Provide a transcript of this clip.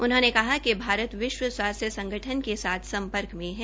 उन्होंने कहा कि भारत विश्व स्वास्थ्य संगठन के साथ सम्पर्क में है